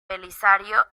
belisario